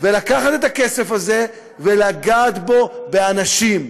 ולקחת את הכסף הזה ולגעת בו באנשים.